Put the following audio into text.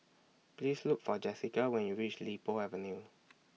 Please Look For Jesica when YOU REACH Li Po Avenue